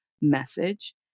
message